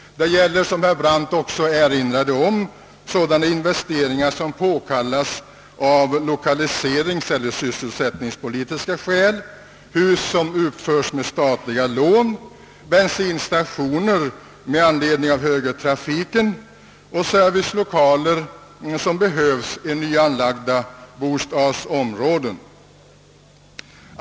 Det gäller, som herr Brandt också erinrade om, sådana investeringar som påkallas av lokaliseringseller = sysselsättningspolitiska skäl, det gäller hus som uppförs med statliga lån, bensinstationer som måste flyttas eller ombyggas med anledning av högertrafiken och servicelokaler som behövs i nyanlagda bostadsområden.